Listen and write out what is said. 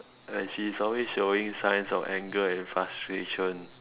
and she's always showing signs of anger and frustration